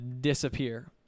disappear